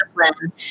discipline